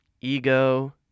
ego